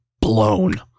blown